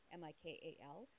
m-i-k-a-l